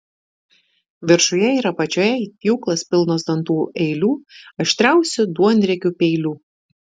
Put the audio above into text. viršuje ir apačioje it pjūklas pilnos dantų eilių aštriausių duonriekių peilių